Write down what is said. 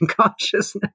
consciousness